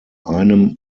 einem